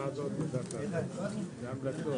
הישיבה ננעלה בשעה